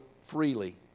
freely